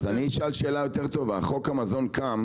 אז אני אשאל שאלה יותר טובה, חוק המזון קם